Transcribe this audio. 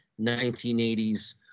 1980s